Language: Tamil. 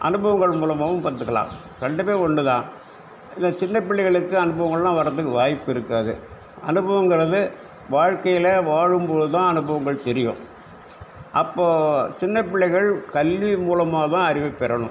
அனுபவங்கள் மூலமாகவும் கத்துக்கலாம் ரெண்டுமே ஒன்று தான் இந்த சின்னப் பிள்ளைகளுக்கு அனுபவங்கள்லாம் வரதுக்கு வாய்ப்பு இருக்காது அனுபவங்கறது வாழ்க்கையில் வாழும் போது தான் அனுபவங்கள் தெரியும் அப்போ சின்ன பிள்ளைகள் கல்வி மூலமாக தான் அறிவை பெறணும்